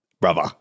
Brother